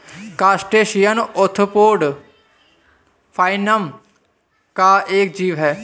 crustacean arthropoda phylum का एक जीव है